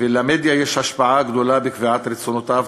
ולמדיה יש השפעה גדולה על קביעת רצונותיו,